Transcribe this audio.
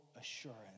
assurance